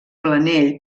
planell